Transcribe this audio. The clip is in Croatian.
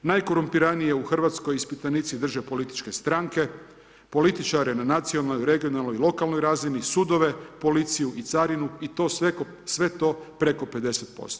Najkorumpiranije u Hrvatskoj ispitanici drže političke stranke, političare na nacionalnoj, regionalnoj i lokalnoj razini, sudovi, policiju i carinu i to sve preko 50%